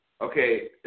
Okay